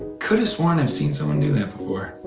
coulda sworn i've seen someone do that before.